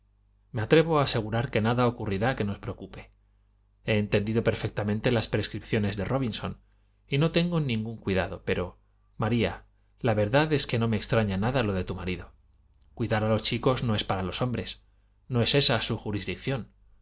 me atrevo a asegurar que nada ocurrirá que ños preocupe he entendido perfectamente las prescripciones de robinson y no tengo ningún cuidado pero maría la verdad es que no me extraña nada lo de tu marido cuidar a los chicos no es para los hombres no es ésa su jurisdicción